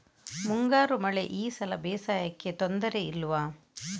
ಮುಂಗಾರು ಮಳೆ ಈ ಸಲ ಬೇಸಾಯಕ್ಕೆ ತೊಂದರೆ ಇಲ್ವ?